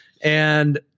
And-